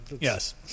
Yes